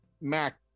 mac